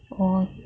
or